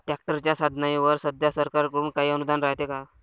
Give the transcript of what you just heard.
ट्रॅक्टरच्या साधनाईवर सध्या सरकार कडून काही अनुदान रायते का?